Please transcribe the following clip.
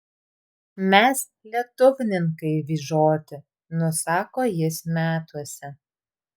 mes lietuvninkai vyžoti nusako jis metuose